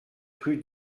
rue